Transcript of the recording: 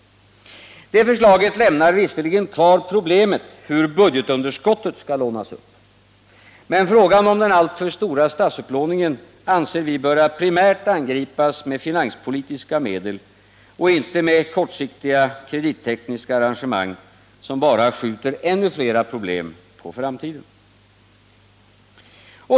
Det förslaget lämnar visserligen kvar problemet hur budgetunderskottet skall lånas upp. Men frågan om den alltför stora statsupplåningen anser vi primärt bör angripas med finanspolitiska medel och inte med kortsiktiga kredittekniska arrangemang, som bara skjuter ännu flera problem på framtiden.